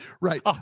right